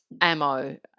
ammo